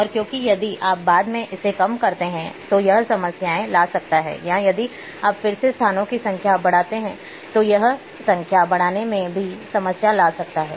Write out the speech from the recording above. और क्योंकि यदि आप बाद में इसे कम करते हैं तो यह कुछ समस्याएं ला सकता है या यदि आप फिर से स्थानों की संख्या बढ़ाते हैं तो यह संख्या बढ़ाने में भी समस्या ला सकता है